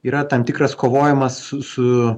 yra tam tikras kovojimas su su